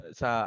sa